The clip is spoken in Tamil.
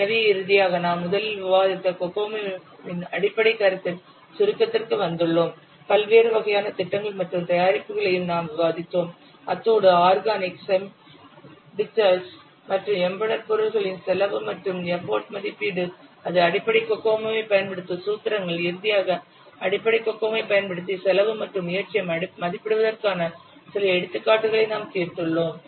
எனவே இறுதியாக நாம் முதலில் விவாதித்த கோகோமோவின் அடிப்படைக் கருத்தின் சுருக்கத்திற்கு வந்துள்ளோம் பல்வேறு வகையான திட்டங்கள் மற்றும் தயாரிப்புகளையும் நாம் விவாதித்தோம் அத்தோடு ஆர்கானிக் செமிடெட்ச்ட் மற்றும் எம்பெடெட் பொருள்களின் செலவு மற்றும் எப்போட் மதிப்பீடு அது அடிப்படை கோகோமோவைப் பயன்படுத்தும் சூத்திரங்கள் இறுதியாக அடிப்படை கோகோமோவைப் பயன்படுத்தி செலவு மற்றும் முயற்சியை மதிப்பிடுவதற்கான சில எடுத்துக்காட்டுகளை நாம் தீர்த்துள்ளோம்